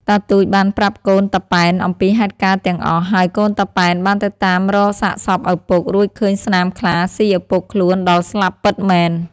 តាទូចបានប្រាប់កូនតាប៉ែនអំពីហេតុការណ៍ទាំងអស់ ហើយកូនតាប៉ែនបានទៅតាមរកសាកសពឪពុក រួចឃើញស្នាមខ្លាស៊ីឪពុកខ្លួនដល់ស្លាប់ពិតមែន។